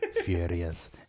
furious